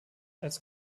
als